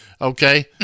Okay